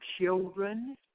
children